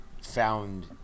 found